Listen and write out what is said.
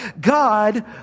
God